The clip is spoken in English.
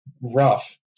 rough